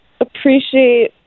appreciate